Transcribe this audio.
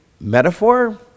metaphor